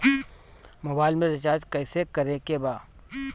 Mobile में recharge कइसे करे के बा?